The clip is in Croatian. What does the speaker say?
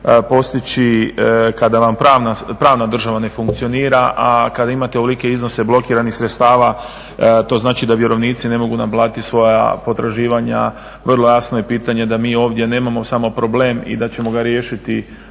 postići kada vam pravna država ne funkcionira, a kada imate ovolike iznose blokiranih sredstava, to znači da vjerovnici ne mogu naplatiti svoja potraživanja. Vrlo jasno je pitanje da mi ovdje nemamo samo problem i da ćemo ga riješiti